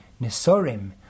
Nesorim